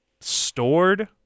stored